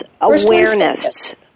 awareness